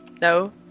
No